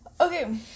Okay